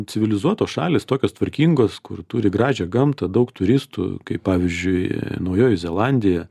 civilizuotos šalys tokios tvarkingos kur turi gražią gamtą daug turistų kaip pavyzdžiui naujoji zelandija